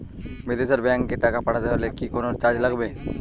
বিদেশের ব্যাংক এ টাকা পাঠাতে হলে কি কোনো চার্জ লাগবে?